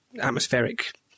atmospheric